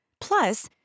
Plus